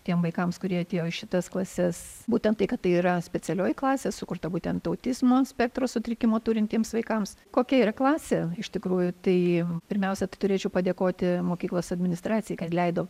tiem vaikams kurie atėjo į šitas klases būtent tai kad tai yra specialioji klasė sukurta būtent autizmo spektro sutrikimą turintiems vaikams kokia yra klasė iš tikrųjų tai pirmiausia tai turėčiau padėkoti mokyklos administracijai kad leido